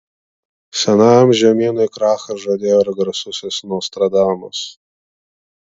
senajam žemynui krachą žadėjo ir garsusis nostradamas